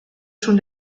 schon